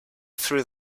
threw